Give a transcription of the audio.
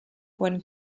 when